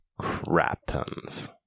Craptons